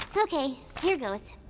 so okay, here goes.